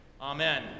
Amen